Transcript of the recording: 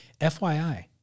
FYI